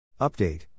Update